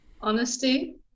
honesty